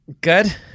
good